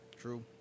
True